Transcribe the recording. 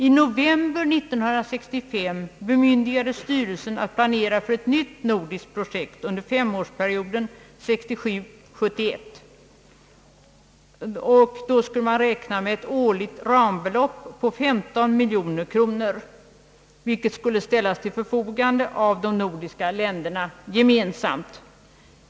I november 1965 bemyndigades styrelsen att planera för ett nytt nordiskt projekt för femårsperioden 1967—1971, varvid man skulle räkna med ett årligt rambelopp på 15 miljoner kronor, vilket skulle ställas till förfogande av de nordiska länderna gemensamt.